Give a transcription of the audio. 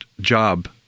job